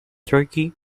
turkey